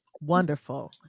wonderful